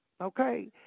okay